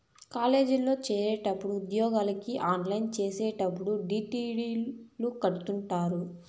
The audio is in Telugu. కాలేజీల్లో చేరేటప్పుడు ఉద్యోగలకి అప్లై చేసేటప్పుడు డీ.డీ.లు కడుతుంటారు